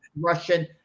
Russian